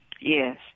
Yes